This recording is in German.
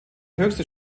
höchste